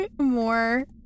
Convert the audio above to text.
more